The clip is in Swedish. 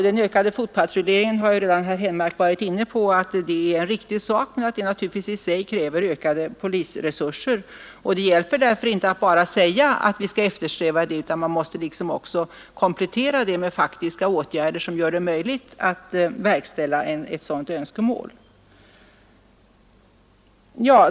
Den ökade fotpatrulleringen är, som herr Henmark redan har sagt, naturligtvis en riktig sak, men i sig kräver den ökade polisresurser. Det hjälper därför inte att bara säga att vi skall eftersträva ökad fotpatrullering, utan vi måste komplettera med faktiska åtgärder som gör det att nedbringa brottsligheten att nedbringa brottsligheten möjligt att förverkliga ett sådant önskemål.